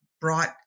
brought